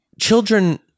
Children